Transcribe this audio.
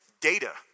data